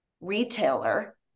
retailer